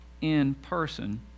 in-person